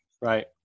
Right